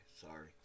sorry